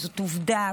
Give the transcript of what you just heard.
זאת עובדה.